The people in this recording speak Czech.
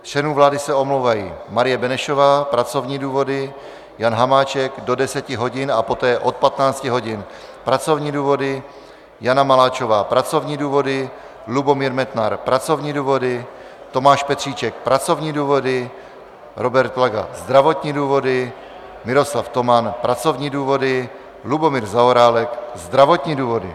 Z členů vlády se omlouvají: Marie Benešová pracovní důvody, Jan Hamáček do 10 hodin a poté od 15 hodin pracovní důvody, Jana Maláčová pracovní důvody, Lubomír Metnar pracovní důvody, Tomáš Petříček pracovní důvody, Robert Plaga zdravotní důvody, Miroslav Toman pracovní důvody, Lubomír Zaorálek zdravotní důvody.